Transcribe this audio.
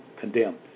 condemned